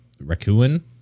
Raccoon